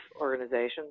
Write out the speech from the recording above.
organizations